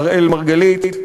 אראל מרגלית.